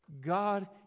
God